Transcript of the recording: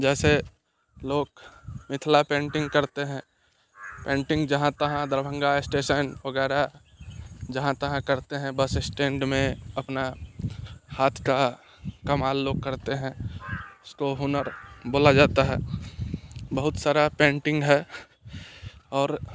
जैसे लोग मिथिला पेंटिंग करते हैं पेंटिंग जहाँ तहाँ दरभंगा स्टेशन वगैरह जहाँ तहाँ करते हैं बस स्टैंड में अपना हाथ का कमाल लोग करते हैं इसको हुनर बोला जाता है बहुत सारा पेंटिंग है और